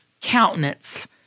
countenance